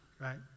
right